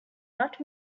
not